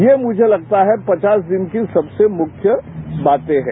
ये मुझे लगता है कि पचास दिन की सबसे मुख्य बाते हैं